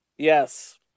Yes